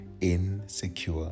Insecure